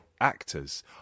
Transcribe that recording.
actors